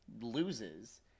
loses